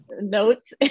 notes